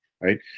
right